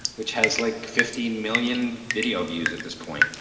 which has like fifty million video views at this point.